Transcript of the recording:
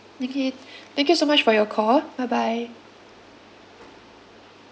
okay thank you so much for your call bye bye